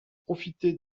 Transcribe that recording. profiter